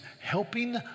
helping